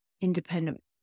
independent